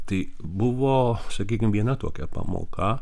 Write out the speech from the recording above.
tai buvo sakykim viena tokia pamoka